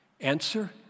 Answer